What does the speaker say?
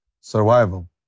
survival